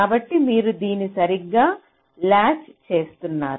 కాబట్టి మీరు దీన్ని సరిగ్గా లాచ్ చేస్తున్నారు